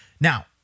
Now